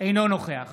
אינו נוכח